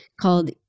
called